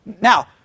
Now